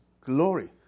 glory